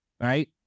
right